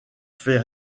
fait